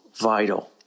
vital